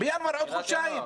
זה עוד חודשיים.